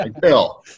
Bill